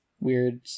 Weird